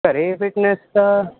ਘਰ ਫਿਟਨੈਸ ਤਾਂ